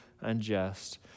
unjust